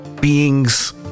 beings